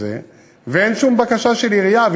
ואין שום בקשה של עירייה.